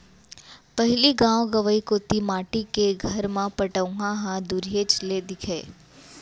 पहिली गॉव गँवई कोती माटी के घर म पटउहॉं ह दुरिहेच ले दिखय